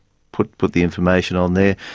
put put the information on there.